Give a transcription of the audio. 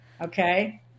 Okay